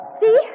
See